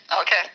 okay